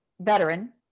veteran